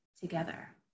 together